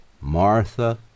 Martha